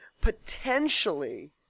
potentially